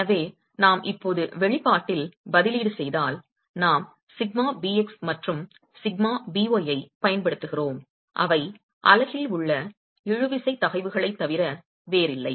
எனவே நாம் இப்போது வெளிப்பாட்டில் பதிலீடு செய்தால் நாம் σbx மற்றும் σby ஐப் பயன்படுத்துகிறோம் அவை அலகில் உள்ள இழுவிசை தகைவுகளைத் தவிர வேறில்லை